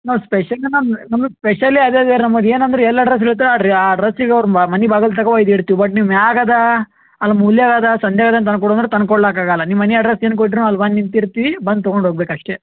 ನಾವು ಸ್ಪೆಷಲ್ ನಮ್ಮ ನಮ್ದು ಸ್ಪೆಷಲ್ಲೆ ಅದೆ ಅದು ನಮ್ದು ಏನಂದ್ರೆ ಎಲ್ಲಿ ಅಡ್ರಸ್ ಇರತ್ತೊ ಅಡ್ರಿ ಆ ಅಡ್ರಸ್ಸಿಗೆ ಹೋಗ್ ಮನೆ ಬಾಗ್ಲಾಗ ತನಕ ಒಯ್ದು ಇಡ್ತೀವಿ ಬಟ್ ನೀವು ಮ್ಯಾಗದಾ ಅಲ್ಲಿ ಮೂಲೆಯಾಗದ ಸಂದಿಯಾಗದಾ ತಂದುಕೊಡು ಅಂದ್ರೆ ತಂದ್ಕೊಡ್ಲಿಕ್ ಆಗೋಲ್ಲ ನಿಮ್ಮ ಮನೆ ಅಡ್ರಸ್ ಏನು ಕೊಟ್ಟಿರೊ ಅಲ್ಲಿ ಬಂದು ನಿಂತಿರ್ತೀವಿ ಬಂದು ತಗೊಂಡು ಹೋಗ್ಬೇಕ್ ಅಷ್ಟೇ